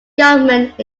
government